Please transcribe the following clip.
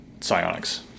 psionics